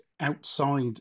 outside